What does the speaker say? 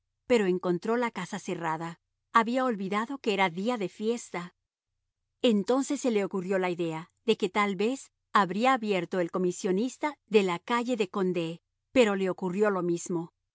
pero encontró la casa cerrada había olvidado que era día de fiesta entonces se le ocurrió la idea de que tal vez habría abierto el comisionista de la calle de condé pero le ocurrió lo mismo